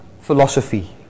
philosophy